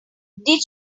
did